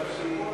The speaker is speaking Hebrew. של הכנסת נתקבלה.